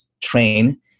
train